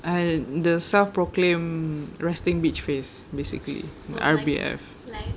I the self-proclaimed resting bitch face basically R_B_F